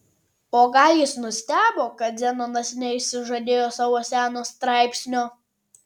o gal jis nustebo kad zenonas neišsižadėjo savo seno straipsnio